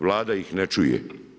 Vlada ih ne čuje.